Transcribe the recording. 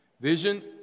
Vision